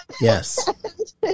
Yes